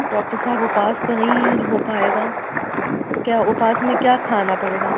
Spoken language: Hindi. डॉक्टर साहब उपवास तो नहीं हो पाएगा क्या उपवास में क्या खाना पड़ेगा